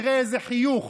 תראה איזה חיוך.